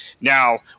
Now